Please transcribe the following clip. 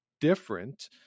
different